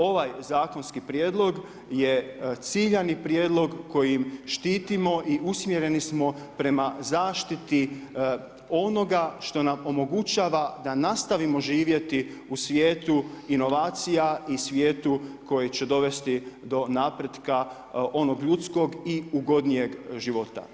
Ovaj zakonski prijedlog je ciljani prijedlog kojim štitimo i usmjereni smo prema zaštiti onoga što nam omogućava da nastavimo živjeti u svijetu inovacija i svijetu koji će dovesti do napretka onog ljudskog i ugodnijeg života.